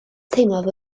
teimlaf